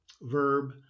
verb